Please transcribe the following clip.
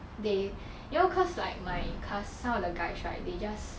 they you know cause like my class some of the guys right they just